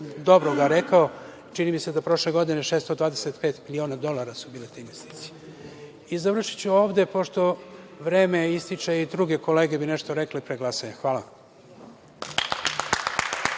dobroga rekao, čini mi se da prošle godine 625 miliona dolara su bile te investicije. Završiću ovde pošto vreme ističe i druge kolege bi nešto rekle pre glasanja. Hvala